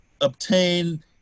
obtain